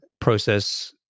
process